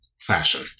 Fashion